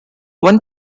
one